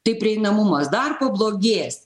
tai prieinamumas dar pablogės